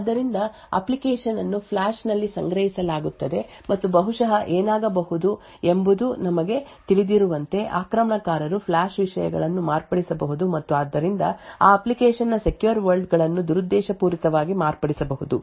ಆದ್ದರಿಂದ ಅಪ್ಲಿಕೇಶನ್ ಅನ್ನು ಫ್ಲ್ಯಾಷ್ ನಲ್ಲಿ ಸಂಗ್ರಹಿಸಲಾಗುತ್ತದೆ ಮತ್ತು ಬಹುಶಃ ಏನಾಗಬಹುದು ಎಂಬುದು ನಮಗೆ ತಿಳಿದಿರುವಂತೆ ಆಕ್ರಮಣಕಾರರು ಫ್ಲ್ಯಾಷ್ ವಿಷಯಗಳನ್ನು ಮಾರ್ಪಡಿಸಬಹುದು ಮತ್ತು ಆದ್ದರಿಂದ ಆ ಅಪ್ಲಿಕೇಶನ್ನ ಸೆಕ್ಯೂರ್ ವರ್ಲ್ಡ್ ಗಳನ್ನು ದುರುದ್ದೇಶಪೂರಿತವಾಗಿ ಮಾರ್ಪಡಿಸಬಹುದು